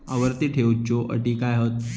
आवर्ती ठेव च्यो अटी काय हत?